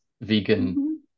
vegan